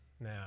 now